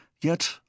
Yet